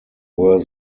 were